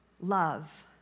love